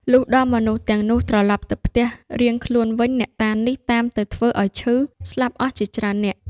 លុះដល់មនុស្សទាំងនោះ ត្រឡប់ទៅផ្ទះរៀងខ្លួនវិញ អ្នកតានេះតាមទៅធ្វើឲ្យឈឺ ស្លាប់អស់ជាច្រើននាក់ ។